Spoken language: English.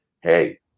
hey